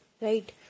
right